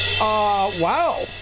wow